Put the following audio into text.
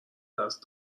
دست